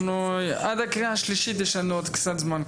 עד הקריאה השלישית יש לנו עוד קצת זמן.